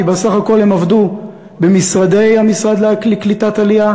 כי בסך הכול הם עבדו במשרדי המשרד לקליטת עלייה,